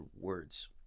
words